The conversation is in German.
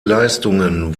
leistungen